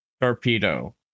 Torpedo